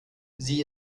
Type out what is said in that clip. sie